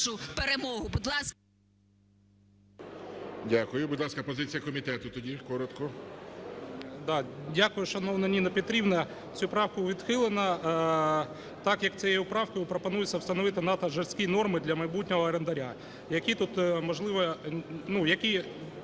Дякую, шановна Ніна Петрівна. Цю правку відхилено, так як цією правкою пропонується встановити надто жорсткі норми для майбутнього орендаря, які тут, можливо,